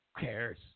cares